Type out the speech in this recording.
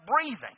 breathing